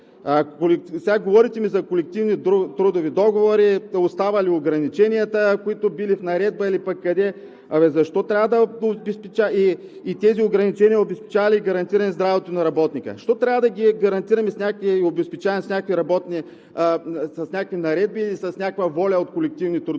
Сега говорите ми за колективни трудови договори, оставали ограниченията, които били в наредба или къде, и тези ограничения обезпечавали и гарантирали здравето на работника. Защо трябва да ги гарантираме и обезпечаваме с някакви наредби, с някаква воля от колективни трудови